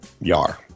yar